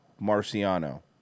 Marciano